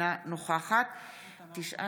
אינה נוכחת רם שפע,